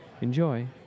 Enjoy